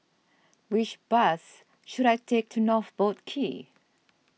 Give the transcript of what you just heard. which bus should I take to North Boat Quay